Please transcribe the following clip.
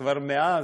כבר מאז.